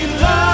love